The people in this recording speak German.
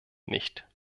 nicht